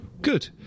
Good